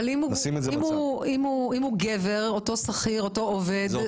אבל אם אותו שכיר הוא גבר, זה לא משנה?